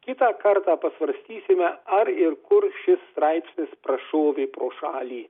kitą kartą pasvarstysime ar ir kur šis straipsnis prašovė pro šalį